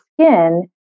skin